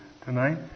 Tonight